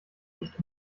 nicht